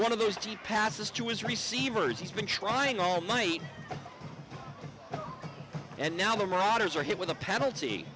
one of those gee passes to his receivers he's been trying all night and now the writers are hit with a penalty